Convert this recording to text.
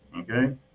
okay